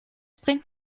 bringt